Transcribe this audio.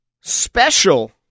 special